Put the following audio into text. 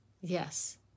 Yes